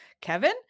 kevin